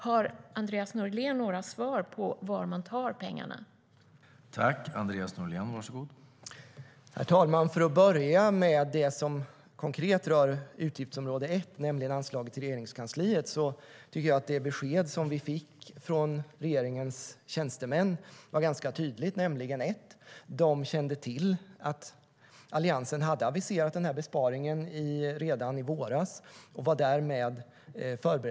Har Andreas Norlén några svar på frågan var man tar pengarna?